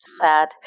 sad